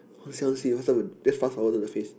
I want see I want see what's that just fast forward to the face